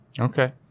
Okay